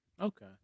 Okay